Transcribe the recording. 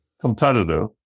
competitive